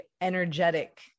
energetic